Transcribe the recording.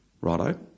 righto